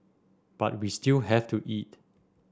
but we still have to eat